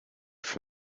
from